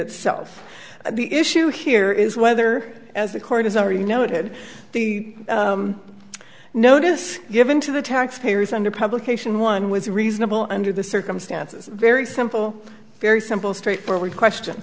itself the issue here is whether as the court has already noted the notice given to the taxpayers under publication one was reasonable and to the circumstances very simple very simple straightforward question